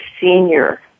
senior